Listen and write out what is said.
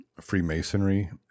Freemasonry